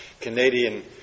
Canadian